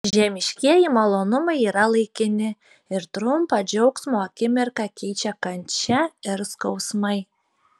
žemiškieji malonumai yra laikini ir trumpą džiaugsmo akimirką keičia kančia ir skausmai